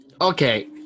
Okay